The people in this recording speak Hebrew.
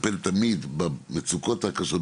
לטפל תמיד במצוקות הקשות,